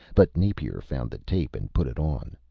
but napier found the tape and put it on.